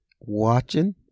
watching